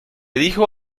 dijo